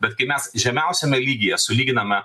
bet kai mes žemiausiame lygyje sulyginame